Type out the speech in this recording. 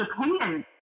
opinion